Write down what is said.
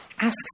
asks